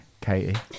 Katie